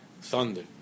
Thunder